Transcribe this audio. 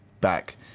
back